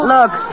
Look